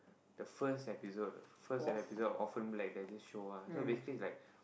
the first episode the first episode of orphan-black like there's this show ah so basically it's like